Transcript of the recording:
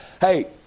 Hey